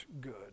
good